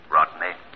Rodney